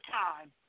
time